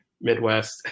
Midwest